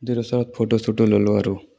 দূৰত চূৰত ফটো চটো ললোঁ আৰু